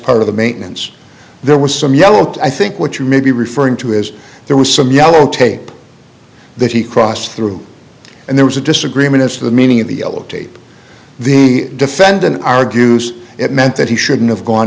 part of the maintenance there was some yellow i think what you may be referring to is there was some yellow tape that he crossed through and there was a disagreement as to the meaning of the yellow tape the defendant argues it meant that he shouldn't have gone